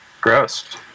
Gross